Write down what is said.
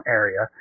area